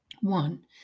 One